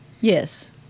Yes